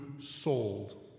sold